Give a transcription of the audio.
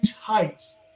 heights